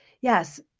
Yes